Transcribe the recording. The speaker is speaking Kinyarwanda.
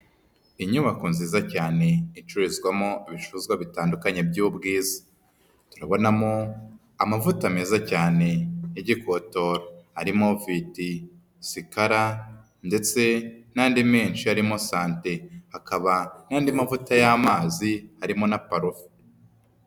Inyubako nziza cyane icururizwamo ibicuruzwa bitandukanye by'ubwiza, turabonamo amavuta meza cyane y'igikotoro, ari: Moviti, Sikara ndetse n'andi menshi arimo Sante, hakaba n'andi mavuta y'amazi harimo na parufe.